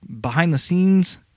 behind-the-scenes